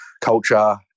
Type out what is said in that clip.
culture